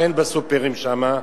שאין בסופרים שם,